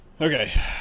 Okay